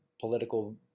political